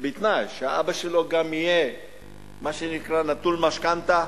או בתנאי שהאבא שלו גם יהיה נטול משכנתה,